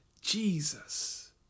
Jesus